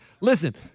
listen